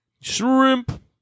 Shrimp